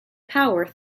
power